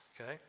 Okay